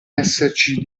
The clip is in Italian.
esserci